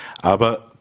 Aber